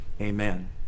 amen